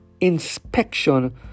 inspection